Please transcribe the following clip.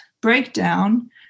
breakdown